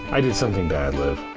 i did something bad, liv.